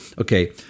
Okay